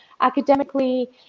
academically